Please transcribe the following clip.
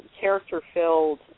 character-filled